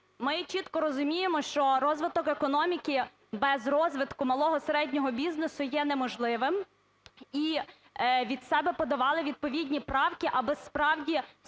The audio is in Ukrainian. Ми чітко розуміємо, що розвиток економіки без розвитку малого, середнього бізнесу є неможливим, і від себе подавали відповідні правки, аби справді